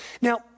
Now